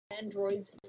androids